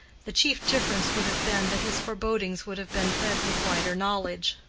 the chief difference would have been that his forebodings would have been fed with wider knowledge.